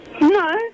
No